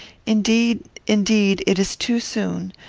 indeed, indeed, it is too soon.